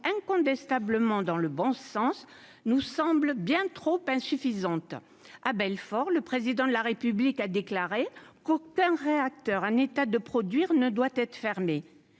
incontestablement dans le bon sens nous semblent bien trop insuffisantes à Belfort, le président de la République a déclaré qu'aucun réacteur un état de produire ne doit être fermé,